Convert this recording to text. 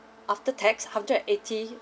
after tax hundred and eighty